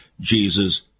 Jesus